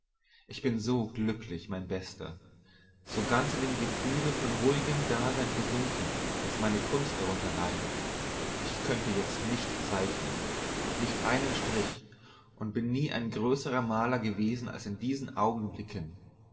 ich bin so glücklich mein bester so ganz in dem gefühle von ruhigem dasein versunken daß meine kunst darunter leidet ich könnte jetzt nicht zeichnen nicht einen strich und bin nie ein größerer maler gewesen als in diesen augenblicken